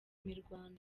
mirwano